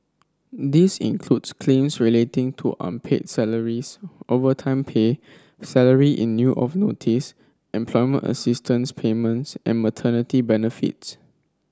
this includes claims relating to unpaid salaries overtime pay salary in lieu of notice employment assistance payments and maternity benefits